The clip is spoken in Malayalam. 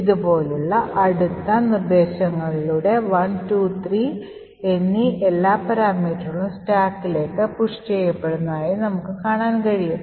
ഇതുപോലുള്ള അടുത്ത നിർദ്ദേശങ്ങളിലൂടെ 1 2 3 എന്നീ എല്ലാ പാരാമീറ്ററുകളും സ്റ്റാക്കിലേക്ക് പുഷ് ചെയ്യപ്പെട്ടതായി നമുക്ക് കാണാൻ കഴിയും